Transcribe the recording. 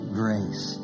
grace